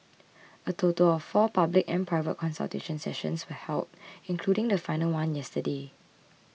a total of four public and private consultation sessions were held including the final one yesterday